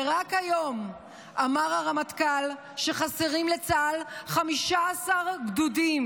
ורק היום אמר הרמטכ"ל שחסרים לצה"ל 15 גדודים.